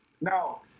No